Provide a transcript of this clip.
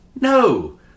No